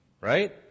Right